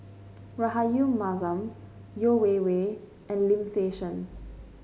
Rahayu Mahzam Yeo Wei Wei and Lim Fei Shen